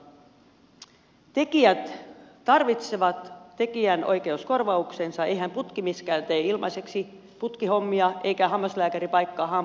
tekijät tarvitsevat tekijänoikeuskorvauksensa eihän putkimieskään tee ilmaiseksi putkihommia eikä hammaslääkäri paikkaa hampaita ilmaiseksi